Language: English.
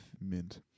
mint